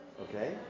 Okay